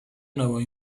nuevos